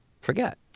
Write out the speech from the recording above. forget